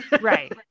Right